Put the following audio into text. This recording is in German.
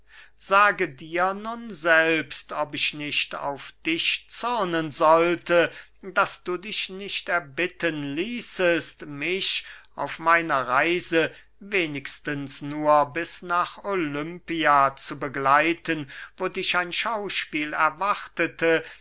sage dir nun selbst ob ich nicht auf dich zürnen sollte daß du dich nicht erbitten ließest mich auf meiner reise wenigstens nur bis nach olympia zu begleiten wo dich ein schauspiel erwartete